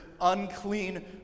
unclean